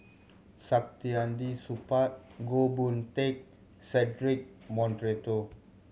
Saktiandi Supaat Goh Boon Teck Cedric Monteiro